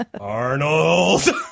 Arnold